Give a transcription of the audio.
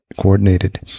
coordinated